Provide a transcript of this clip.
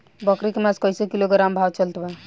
बकरी के मांस कईसे किलोग्राम भाव चलत बा?